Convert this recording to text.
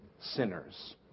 sinners